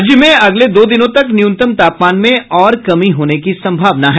राज्य में अगले दो दिनों तक न्यूनतम तापमान में और कमी होने की संभावना है